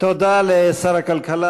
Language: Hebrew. תודה לשר הכלכלה,